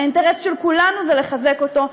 האינטרס של כולנו זה לחזק אותם,